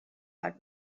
out